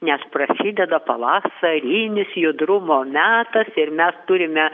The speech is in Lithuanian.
nes prasideda pavasarinis judrumo metas ir mes turime